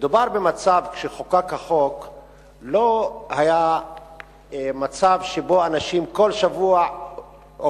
כשחוקק החוק לא היה מצב שבו אנשים כל שבוע או